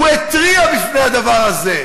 הוא התריע מפני הדבר הזה,